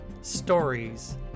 stories